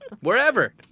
wherever